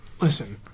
Listen